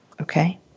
Okay